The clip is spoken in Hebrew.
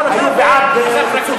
12 בעד, 26 נגד.